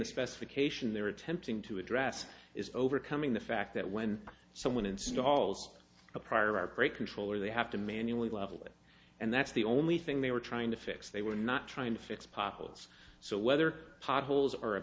the specification they were attempting to address is overcoming the fact that when someone installs a prior art brake controller they have to manually level it and that's the only thing they were trying to fix they were not trying to fix populus so whether potholes are a